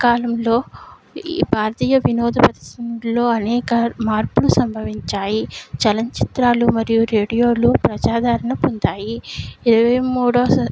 కాలంలో ఈ భారతీయ వినోద పరిశ్రమలో అనేక మార్పులు సంభవించాయి చలనచిత్రాలు మరియు రేడియోలు ప్రజాదారణ పొందాయి ఇరవై మూడో